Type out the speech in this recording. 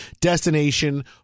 destination